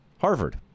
Harvard